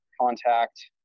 contact